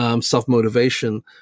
self-motivation